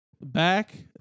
Back